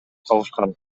калышкан